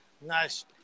Nice